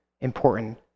important